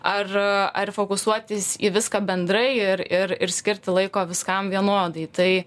ar ar fokusuoti į viską bendrai ir ir ir skirti laiko viskam vienodai tai